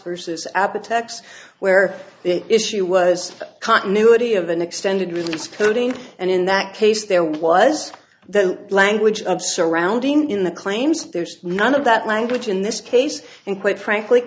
attacks where the issue was continuity of an extended release coding and in that case there was the language of surrounding in the claims there's none of that language in this case and quite frankly